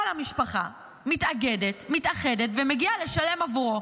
כל המשפחה מתאגדת, מתאחדת, ומגיעה לשלם עבורו.